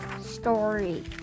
story